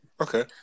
okay